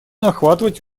охватывать